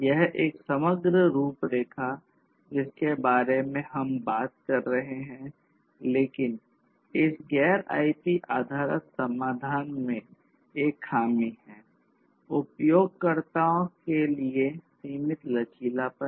यह एक समग्र रूपरेखा जिसके बारे में हम बात कर रहे हैं लेकिन इस गैर आईपी आधारित समाधान में एक खामी है उपयोगकर्ताओं के लिए सीमित लचीलापन